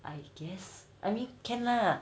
I guess I mean can lah